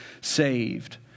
saved